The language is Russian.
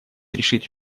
решить